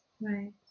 right